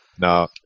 No